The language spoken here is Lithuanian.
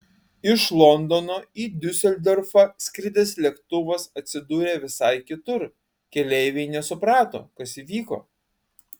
iš londono į diuseldorfą skridęs lėktuvas atsidūrė visai kitur keleiviai nesuprato kas įvyko